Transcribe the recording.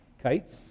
Kites